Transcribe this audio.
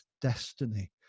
destiny